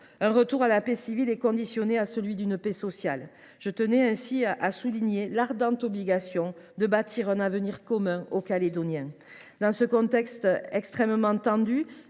le retour à la paix civile est conditionné à celui de la paix sociale. Je tiens à souligner l’ardente obligation de bâtir un avenir commun pour les Néo Calédoniens. Dans ce contexte extrêmement tendu,